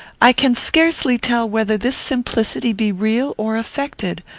i can scarcely tell whether this simplicity be real or affected.